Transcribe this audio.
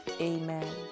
amen